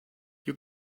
you